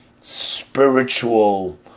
spiritual